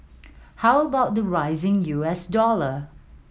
how about the rising U S dollar